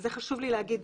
זה חשוב לי להגיד